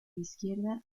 izquierda